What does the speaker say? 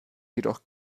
jedoch